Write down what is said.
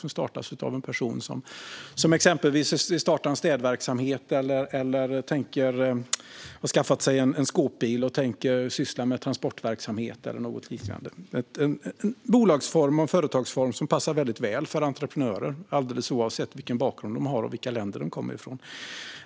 Det kan exempelvis vara en person som startar en städverksamhet eller en person som har skaffat sig en skåpbil och som tänker syssla med transportverksamhet eller något liknande. Detta är en bolagsform och en företagsform som passar väldigt väl för entreprenörer alldeles oavsett vilken bakgrund de har och vilka länder de kommer ifrån.